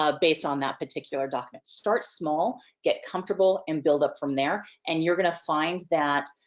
ah based on that particular document. start small, get comfortable and build up from there and you're gonna find that,